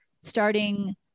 starting